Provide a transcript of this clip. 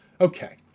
Okay